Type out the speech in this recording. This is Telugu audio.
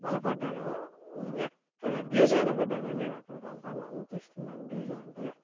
బలపడ్డాను ఎక్కడ డీజే వినపడ్డా కానీ నేను అక్కడికి వెళ్తాను అంత ఇష్టం నాకు డీజే అంటే